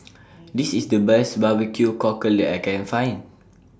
This IS The Best Barbecue Cockle that I Can Find